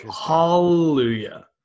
hallelujah